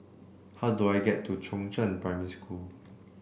how do I get to Chongzheng Primary School